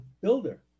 builder